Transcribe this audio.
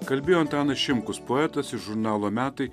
kalbėjo antanas šimkus poetas ir žurnalo metai